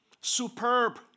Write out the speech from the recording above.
superb